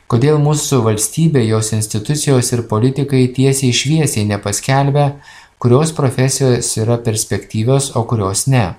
kodėl mūsų valstybė jos institucijos ir politikai tiesiai šviesiai nepaskelbia kurios profesijos yra perspektyvios o kurios ne